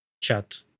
chat